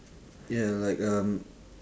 ya like um